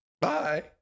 Bye